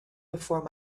before